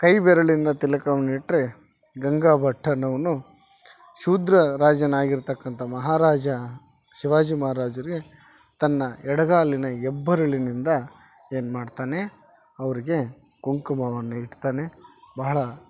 ಕೈ ಬೆರಳಿಂದ ತಿಲಕವನ್ನಿಟ್ಟರೆ ಗಂಗಾ ಭಟ್ಟ ಅನ್ನೋವನು ಶೂದ್ರ ರಾಜನಾಗಿರ್ತಕ್ಕಂಥ ಮಹಾರಾಜ ಶಿವಾಜಿ ಮಹಾರಾಜರಿಗೆ ತನ್ನ ಎಡಗಾಲಿನ ಹೆಬ್ಬೆರಳಿನಿಂದ ಏನು ಮಾಡ್ತಾನೆ ಅವರಿಗೆ ಕುಂಕುಮವನ್ನು ಇಡ್ತಾನೆ ಬಹಳ